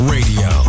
Radio